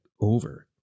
over